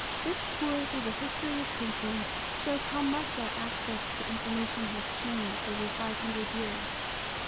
this tour through the history of printing shows how much our access to information has changed over five hundred years.